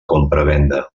compravenda